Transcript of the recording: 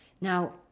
Now